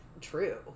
true